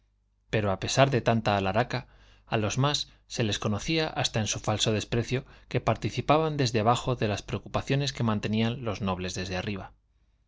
pero a pesar de tanta alharaca a los más se les conocía hasta en su falso desprecio que participaban desde abajo de las preocupaciones que mantenían los nobles desde arriba